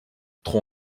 trop